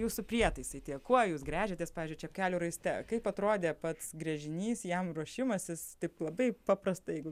jūsų prietaisai tie kuo jūs gręžiatės pavyzdžiui čepkelių raiste kaip atrodė pats gręžinys jam ruošimasis taip labai paprastai jeigu